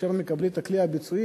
כאשר הם מקבלים את הכלי הביצועי,